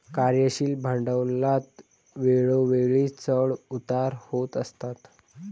कार्यशील भांडवलात वेळोवेळी चढ उतार होत असतात